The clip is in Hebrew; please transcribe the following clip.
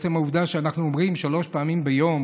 עצם העובדה שאנחנו אומרים שלוש פעמים ביום